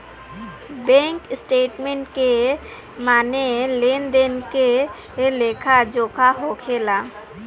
bank statement के माने लेन देन के लेखा जोखा होखेला